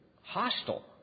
hostile